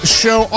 show